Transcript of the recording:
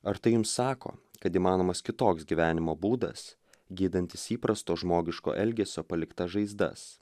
ar tai jums sako kad įmanomas kitoks gyvenimo būdas gydantis įprasto žmogiško elgesio paliktas žaizdas